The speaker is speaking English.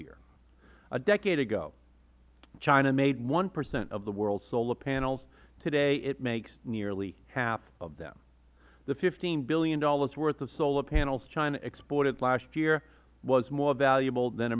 year a decade ago china made one percent of the world's solar panels today it makes nearly half of them the fifteen dollars billion worth of solar panels china exported last year was more valuable than